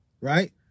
Right